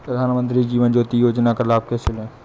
प्रधानमंत्री जीवन ज्योति योजना का लाभ कैसे लें?